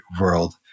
world